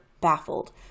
baffled